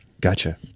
Gotcha